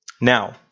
Now